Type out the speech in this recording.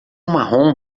marrom